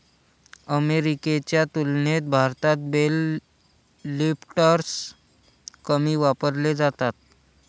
अमेरिकेच्या तुलनेत भारतात बेल लिफ्टर्स कमी वापरले जातात